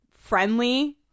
friendly